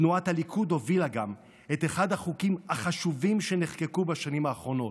תנועת הליכוד הובילה גם את אחד החוקים החשובים שנחקקו בשנים האחרונות,